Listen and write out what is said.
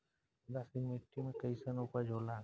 उदासीन मिट्टी में कईसन उपज होला?